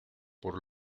por